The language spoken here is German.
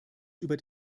über